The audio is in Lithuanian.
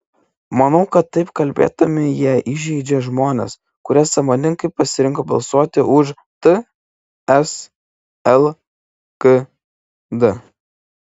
manau kad taip kalbėdami jie įžeidžia žmones kurie sąmoningai pasirinko balsuoti už ts lkd